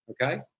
Okay